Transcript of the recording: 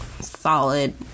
solid